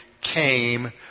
came